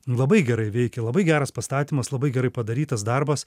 labai gerai veikia labai geras pastatymas labai gerai padarytas darbas